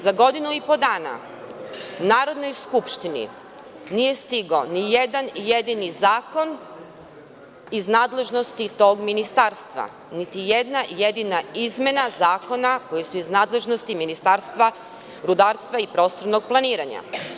Za godinu i po dana Narodnoj skupštini nije stigao ni jedan jedini zakon iz nadležnosti tog ministarstva, niti jedna jedina izmena zakona koji su iz nadležnosti Ministarstva rudarstva i prostornog planiranja.